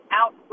out